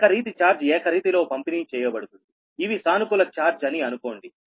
ఏకరీతి ఛార్జ్ ఏకరీతిలో పంపిణీ చేయబడుతుందిఇవి సానుకూల చార్జ్ అని అనుకోండి